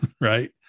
right